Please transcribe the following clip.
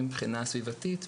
הן מהבחינה הסביבתית,